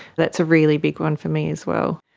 that's a really big one for me as well.